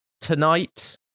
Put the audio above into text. tonight